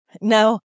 No